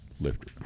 lifter